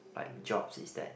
like jobs is that